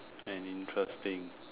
and interesting